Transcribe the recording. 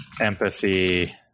empathy